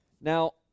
Now